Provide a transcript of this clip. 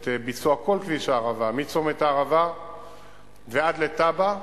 את ביצוע כל כביש הערבה, מצומת הערבה ועד לטאבה.